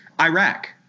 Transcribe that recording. Iraq